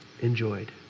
enjoyed